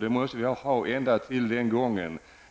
Den måste vi ha ändå tills